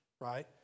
right